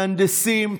מהנדסים,